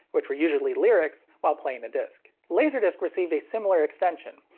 which were usually lyrics, while playing a disc. laserdisc received a similar extension.